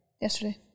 Yesterday